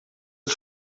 het